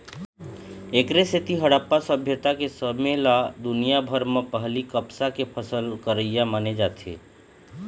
एखरे सेती हड़प्पा सभ्यता के समे ल दुनिया भर म पहिली कपसा के फसल करइया माने जाथे